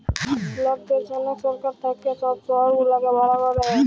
লকদের জনহ সরকার থাক্যে সব শহর গুলাকে ভালা ক্যরে